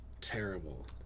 terrible